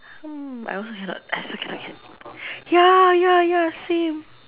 hmm I also cannot I also cannot cannot ya ya ya same